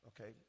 okay